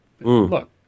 look